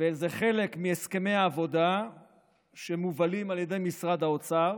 וזה חלק מהסכמי העבודה שמובלים על ידי משרד האוצר,